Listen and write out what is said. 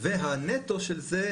והנטו של זה,